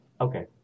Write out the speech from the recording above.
Okay